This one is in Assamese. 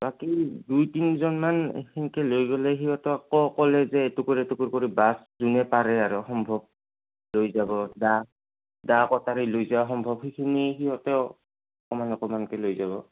বাকী দুই তিনিজনমান সেনকে লৈ গ'লে সিহঁতক আকৌ ক'লে যে এই কৰ এই কৰ কৰি বাছ যোনে পাৰে আৰু সম্ভৱ লৈ যাব দা দা কটাৰী লৈ যোৱা সম্ভৱ সেইখিনি সিহঁতেও অকণমান অকণমানকে লৈ যাব